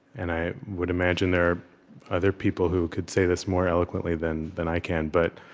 and i would imagine there are other people who could say this more eloquently than than i can but